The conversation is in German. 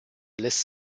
lässt